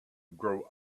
grow